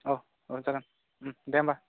औ औ जागोन दे होनबा